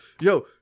yo